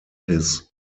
his